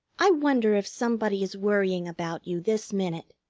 i wonder if somebody is worrying about you this minute.